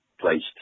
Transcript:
placed